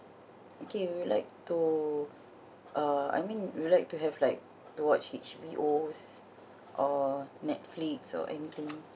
okay we'd like to uh I mean we would like to have like to watch H_B_O or netflix or anything